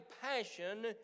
passion